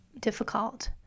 difficult